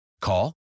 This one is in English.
Call